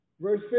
Verse